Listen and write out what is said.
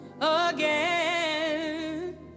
again